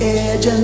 edge